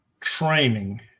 training